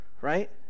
right